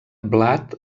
blat